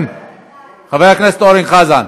חבר הכנסת אורן חזן.